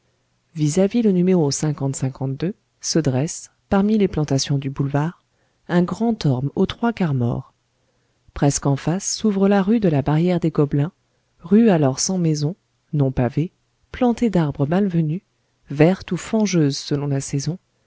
vis-à-vis le numéro se dresse parmi les plantations du boulevard un grand orme aux trois quarts mort presque en face s'ouvre la rue de la barrière des gobelins rue alors sans maisons non pavée plantée d'arbres mal venus verte ou fangeuse selon la saison